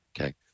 Okay